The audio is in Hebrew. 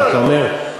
לא, לא.